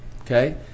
Okay